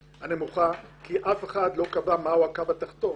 הנמוכה מכיוון שאף אחד לא קבע מהו הקו התחתון.